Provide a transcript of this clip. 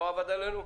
לא עבד עלינו?